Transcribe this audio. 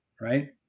right